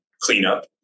cleanup